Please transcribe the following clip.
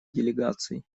делегаций